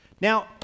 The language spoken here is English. Now